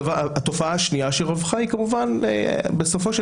התופעה השנייה שרווחה היא כמובן שבסופו של